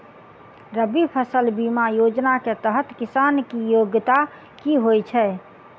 रबी फसल बीमा योजना केँ तहत किसान की योग्यता की होइ छै?